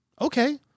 Okay